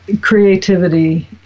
creativity